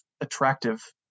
attractive